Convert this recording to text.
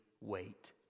wait